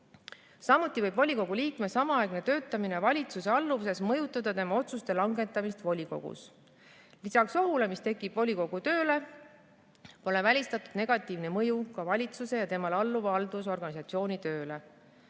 Samuti võib volikogu liikme samaaegne töötamine valitsuse alluvuses mõjutada tema otsuste langetamist volikogus. Lisaks ohule, mis tekib volikogu tööle, pole välistatud negatiivne mõju ka valitsuse ja temale alluva haldusorganisatsiooni tööle.